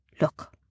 Look